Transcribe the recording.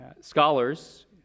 Scholars